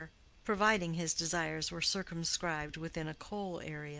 providing his desires were circumscribed within a coal area.